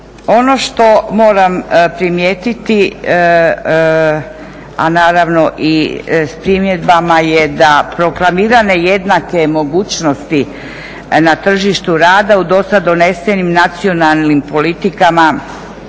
Ono što moram primijetiti, a naravno i primjedbama je da proklamirane jednake mogućnosti na tržištu rada u dosad donesenim nacionalnim politikama